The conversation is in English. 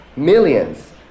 millions